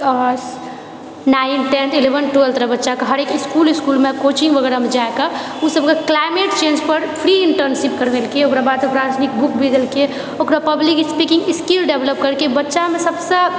ninth tenth इलेवेन्थ ट्वेलथके बच्चाके हरेक इसकुल इसकुलमे कोचिङ्ग वगैरहमे जाए कऽ ओ सबके क्लाइमेट चेञ्ज पर फ्री इन्टर्नशिप करबैलकै ओकराबाद ओकरसबके बुक भी देलके ओकरा पब्लिक स्पीकिङ्ग स्किल डेवलप करलके बच्चामे सबसँ